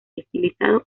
estilizado